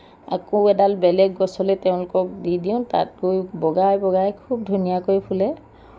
আকৌ এডাল বেলেগ গছলৈ তেওঁলোকক দি দিওঁ তাত গৈ বগাই বগাই খুব ধুনীয়াকৈ ফুলে